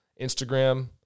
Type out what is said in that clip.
Instagram